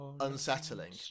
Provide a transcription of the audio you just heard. unsettling